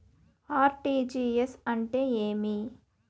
RTGS అంటే ఏమి